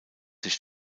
sich